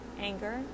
anger